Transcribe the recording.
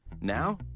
Now